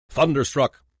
Thunderstruck